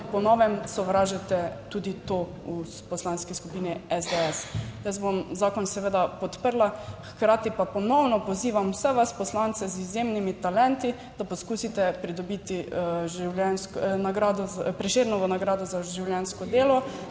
po novem sovražite tudi to v Poslanski skupini SDS. Jaz bom zakon seveda podprla, hkrati pa ponovno pozivam vse vas poslance z izjemnimi talenti, da poskusite pridobiti nagrado za, Prešernovo nagrado za življenjsko delo,